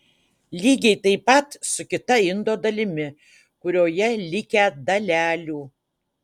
lygiai taip pat su kita indo dalimi kurioje likę dalelių